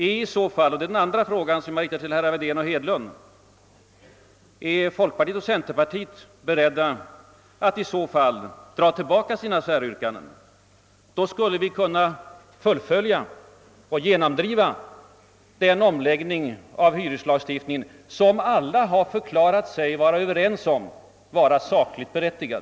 är i så fall — och det är den andra frågan, som jag riktar till herrar Wedén och Hedlund — folkpartiet och centerpartiet beredda att dra tillbaka sin säryrkanden? Då skulle vi kunna genomdriva den omläggning av hyreslagstiftningen som alla förklarat sig anse vara sakligt berättigad.